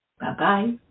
Bye-bye